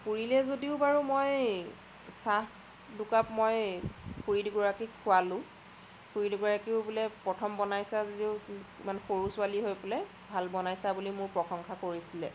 পুৰিলে যদিও বাৰু মই চাহ দুকাপ মই খুৰী দুগৰাকীক খোৱালোঁ খুৰী দুগৰাকীও বোলে প্ৰথম বনাইছা যদিও ইমান সৰু ছোৱালী হৈ পেলাই ভাল বনাইছা বুলি মোৰ প্ৰশংসা কৰিছিলে